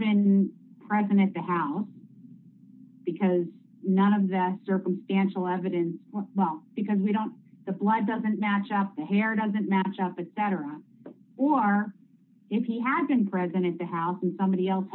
been present at the house because none of the circumstantial evidence well because we don't the blood doesn't match up the hair doesn't match up with that or or if he had been present at the house and somebody else